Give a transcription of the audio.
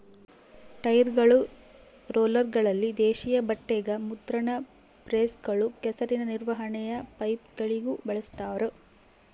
ಟೈರ್ಗಳು ರೋಲರ್ಗಳಲ್ಲಿ ದೇಶೀಯ ಬಟ್ಟೆಗ ಮುದ್ರಣ ಪ್ರೆಸ್ಗಳು ಕೆಸರಿನ ನಿರ್ವಹಣೆಯ ಪೈಪ್ಗಳಿಗೂ ಬಳಸ್ತಾರ